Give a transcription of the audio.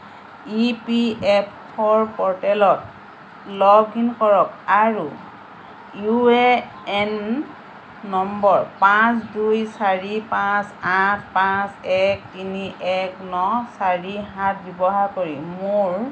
ই P F অ'ৰ প'ৰ্টেলত log in কৰক আৰু ইউ এ এন নম্বৰ পাঁচ দুই চাৰি পাঁচ আঠ পাঁচ এক তিনি এক ন চাৰি সাত ব্যৱহাৰ কৰি মোৰ